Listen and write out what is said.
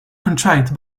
contract